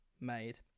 made